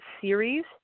series